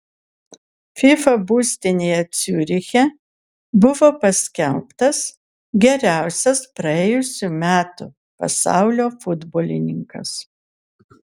fifa būstinėje ciuriche buvo paskelbtas geriausias praėjusių metų pasaulio futbolininkas